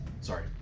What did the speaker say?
Sorry